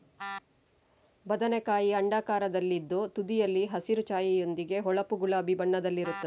ಬದನೆಕಾಯಿ ಅಂಡಾಕಾರದಲ್ಲಿದ್ದು ತುದಿಯಲ್ಲಿ ಹಸಿರು ಛಾಯೆಯೊಂದಿಗೆ ಹೊಳಪು ಗುಲಾಬಿ ಬಣ್ಣದಲ್ಲಿರುತ್ತದೆ